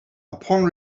upon